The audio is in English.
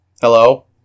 Hello